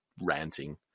ranting